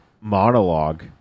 monologue